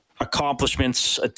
accomplishments